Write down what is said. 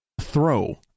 throw